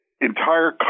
entire